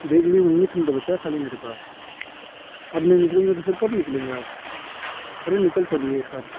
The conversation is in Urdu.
دیکھ لیے انیس منٹ بچا ہے خالی میرے پاس اب نہیں نکلیں گے تو پھر کب نکلیں گے آپ ارے نکل چلیے سر